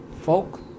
Folk